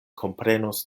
komprenos